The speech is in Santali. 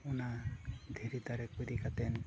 ᱚᱱᱟ ᱫᱷᱤᱨᱤ ᱫᱟᱨᱮ ᱠᱚ ᱤᱫᱤ ᱠᱟᱛᱮᱱ